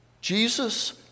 Jesus